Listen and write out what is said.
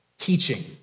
Teaching